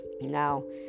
now